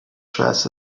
dress